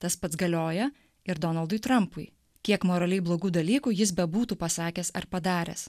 tas pats galioja ir donaldui trampui kiek moraliai blogų dalykų jis bebūtų pasakęs ar padaręs